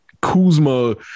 Kuzma